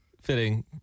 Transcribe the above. fitting